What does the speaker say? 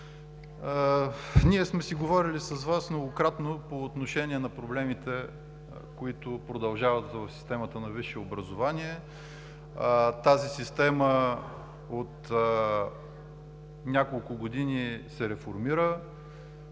Ние сме си говорили с Вас многократно по отношение на проблемите, които продължават в системата на висшето образование. Тази система от няколко години се реформира,